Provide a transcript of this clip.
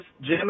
Jim